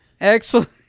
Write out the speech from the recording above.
Excellent